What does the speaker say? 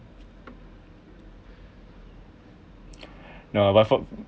ya my fault